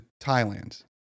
thailand